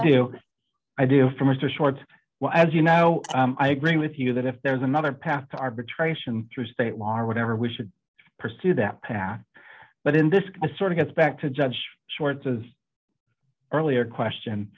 do i do for mr schwartz well as you know i agree with you that if there is another path to arbitration through state law or whatever we should pursue that path but in this sort of gets back to judge sort of earlier question